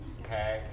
okay